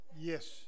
yes